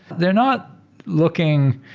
they're not looking.